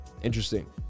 Interesting